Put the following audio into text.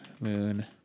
Moon